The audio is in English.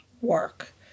work